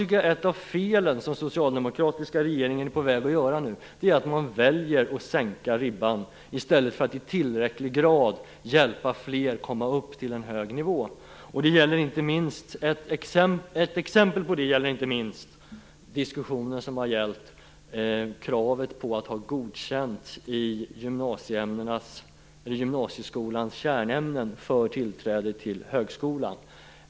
Ett av felen som den socialdemokratiska regeringen nu är på väg att göra är att den väljer att sänka ribban i stället för att i tillräcklig utsträckning hjälpa fler att komma upp till en hög nivå. Ett exempel på detta är inte minst diskussionen som har gällt kravet på att ha godkänt i gymnasieskolans kärnämnen för tillträde till högskolan.